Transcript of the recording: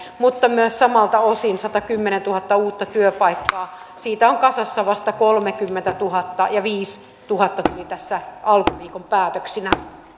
mutta myös samalta osin satakymmentätuhatta uutta työpaikkaa siitä on kasassa vasta kolmekymmentätuhatta ja viisituhatta tuli tässä alkuviikon päätöksinä